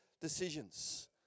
decisions